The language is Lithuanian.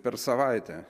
per savaitę